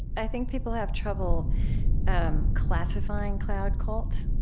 i think people have trouble um classifying cloud cult,